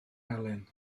elen